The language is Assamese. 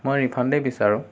মই ৰিফাণ্ডেই বিচাৰোঁ